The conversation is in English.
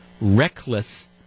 reckless